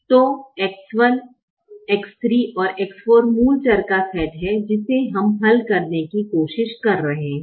तो X1 X3 और X4 मूलचर का सेट है जिसे हम हल करने की कोशिश कर रहे हैं